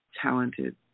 talented